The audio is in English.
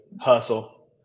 hustle